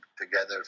together